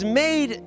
made